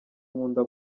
nkunda